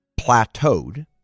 plateaued